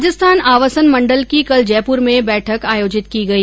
राजस्थान आवासन मण्डल की कल जयपुर में बैठक आयोजित की गई